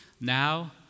now